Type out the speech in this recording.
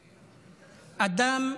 אדם,